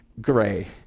gray